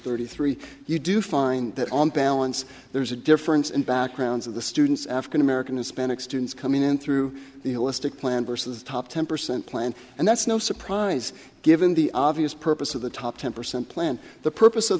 thirty three you do find that on balance there is a difference in backgrounds of the students african american hispanic students coming in through the holistic plan versus the top ten percent plan and that's no surprise given the obvious purpose of the top ten percent plan the purpose of